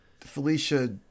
Felicia